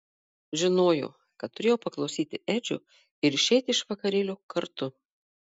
žinojo kad turėjo paklausyti edžio ir išeiti iš vakarėlio kartu